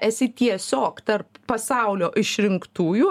esi tiesiog tarp pasaulio išrinktųjų